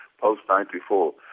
post-94